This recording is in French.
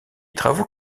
travaux